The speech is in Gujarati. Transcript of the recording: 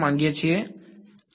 વિદ્યાર્થી